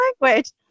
language